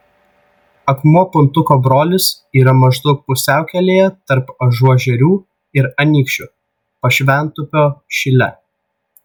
akmuo puntuko brolis yra maždaug pusiaukelėje tarp ažuožerių ir anykščių pašventupio šile